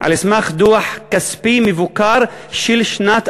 על סמך דוח כספי מבוקר של שנת